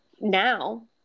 now